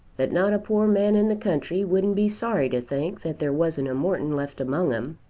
that not a poor man in the country wouldn't be sorry to think that there wasn't a morton left among em.